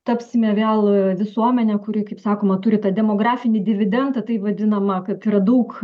tapsime vėl visuomenė kuri kaip sakoma turi tą demografinį dividendą taip vadinamą kad yra daug